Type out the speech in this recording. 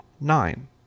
nine